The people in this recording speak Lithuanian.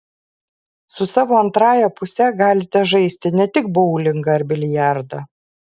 su savo antrąja puse galite žaisti ne tik boulingą ar biliardą